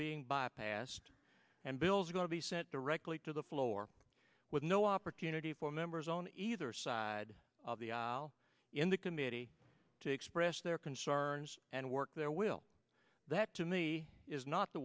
being bypassed and bills are going to be sent directly to the floor with no opportunity for members on either side of the aisle in the committee to express their concerns and work their will that to me is not the